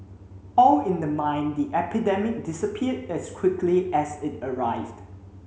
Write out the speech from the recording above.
all in the mind The epidemic disappeared as quickly as it arrived